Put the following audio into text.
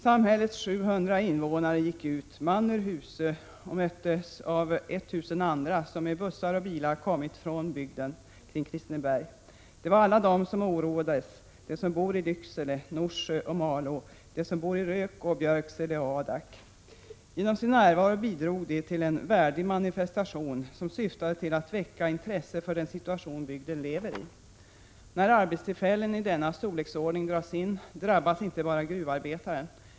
Samhällets 700 invånare gick man ur huse och möttes av 1 000 andra, som med bussar och bilar kommit från bygden kring Kristineberg. Det var alla de som oroades, de som bor i Lycksele, Norsjö och Malå, de som bor i Rökå, Björksele och Adak. Genom sin närvaro bidrog de till en värdig manifestation, som syftade till att väcka intresse för den situation bygden lever i. När arbetstillfällen dras in i denna omfattning drabbas inte bara gruvarbetaren.